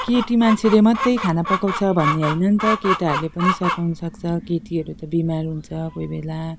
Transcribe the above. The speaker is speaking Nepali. केटी मान्छेले मात्रै खाना पकाउँछ भन्ने होइन नि त केटाहरूले पनि सघाउनुसक्छ केटीहरू त बिमार हुन्छ कोही बेला